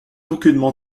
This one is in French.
aucunement